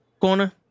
corner